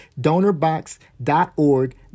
donorbox.org